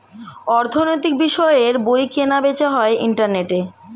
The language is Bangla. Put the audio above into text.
অর্থনৈতিক বিষয়ের বই কেনা বেচা হয় ইন্টারনেটে